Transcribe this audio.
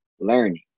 learning